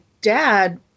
dad